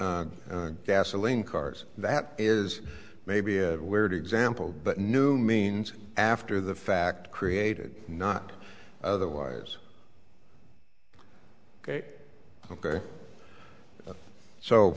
got gasoline cars that is maybe a weird example but new means after the fact created not otherwise ok ok so